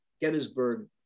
Gettysburg